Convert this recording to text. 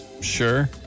Sure